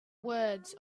words